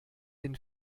den